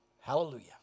hallelujah